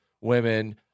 women –